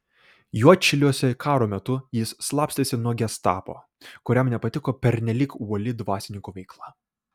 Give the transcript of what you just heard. juodšiliuose karo metu jis slapstėsi nuo gestapo kuriam nepatiko pernelyg uoli dvasininko veikla